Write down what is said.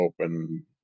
open